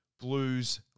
Blues